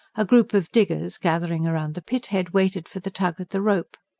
a group of diggers, gathering round the pit-head, waited for the tug at the rope.